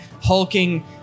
hulking